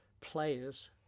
players